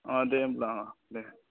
अ दे होमब्ला अ देह